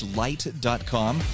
light.com